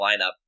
lineup